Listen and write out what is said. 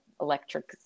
electric